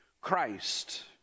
Christ